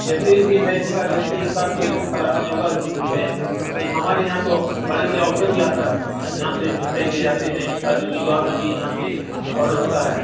جیسے ہی مٹھائی دے گا گیرنٹی کے ساتھ کوئی خرابی نہیں ہوگا جو ہے ہمارے یہاں تو بڑے بڑے افسر بھی آ کر یہاں سے مٹھائی لے جاتے ہیں شادی ویواہ میں بھی یہاں سے آرڈر ہوتا ہے